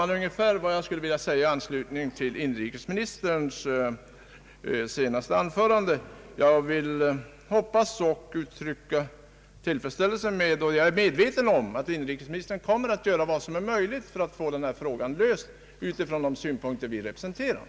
Jag är dock medveten om att inrikesministern kommer att göra vad som är möjligt för att få denna fråga löst ur de synpunkter vi representerar.